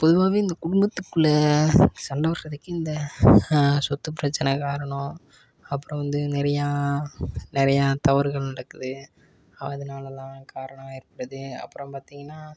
பொதுவாகவே இந்த குடும்பத்துக்குள்ளே சண்டை வர்றதுக்கு இந்த சொத்து பிரச்சனை காரணம் அப்புறம் வந்து நிறையா நிறையா தவறுகள் நடக்குது அதனாலலாம் காரணம் ஏற்படுது அப்புறம் பார்த்திங்கனா